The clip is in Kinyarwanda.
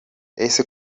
ese